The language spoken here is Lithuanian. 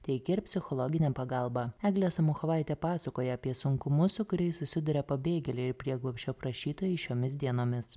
teikia ir psichologinę pagalbą eglė samuchovaitė pasakoja apie sunkumus su kuriais susiduria pabėgėliai prieglobsčio prašytojai šiomis dienomis